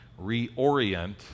reorient